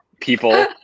people